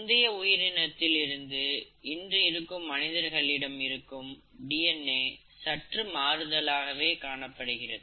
முந்தைய உயிரினத்தில் இருந்து இன்று இருக்கும் மனிதர்களிடம் இருக்கும் டிஎன்ஏ சற்று மாறுதல் ஆகவே காணப்படுகிறது